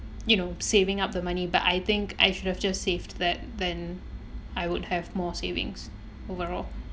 you know saving up the money but I think I should have just saved that then I would have more savings overall